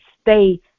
stay